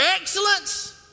excellence